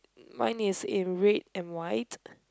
mine is in red and white